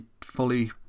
fully